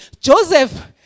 Joseph